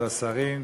כבוד השרים,